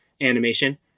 animation